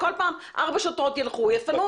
כל פעם ארבע שוטרות ילכו ויפנו.